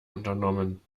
unternommen